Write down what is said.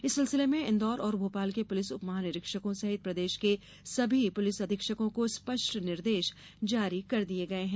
इस सिलसिले में इन्दौर और भोपाल के पुलिस उपमहानिरीक्षकों सहित प्रदेश के सभी पुलिस अधीक्षकों को स्पष्ट निर्देश जारी कर दिये गये हैं